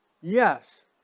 yes